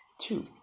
two